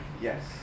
Yes